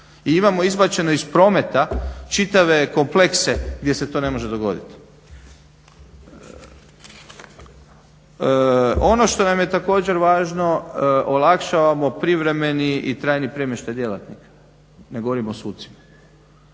I imamo izbačeno iz prometa čitave komplekse gdje se to ne može dogoditi. Ono što nam je također važno, olakšavamo privremeni i trajni premještaj djelatnika. Ne govorim o sucima.